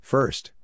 First